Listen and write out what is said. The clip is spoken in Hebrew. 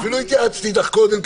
אפילו התייעצתי איתך קודם,